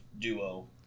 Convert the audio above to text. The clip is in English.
duo